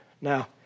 Now